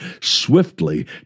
swiftly